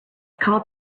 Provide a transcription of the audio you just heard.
called